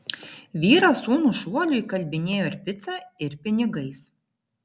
vyras sūnų šuoliui įkalbinėjo ir pica ir pinigais